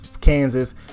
Kansas